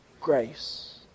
grace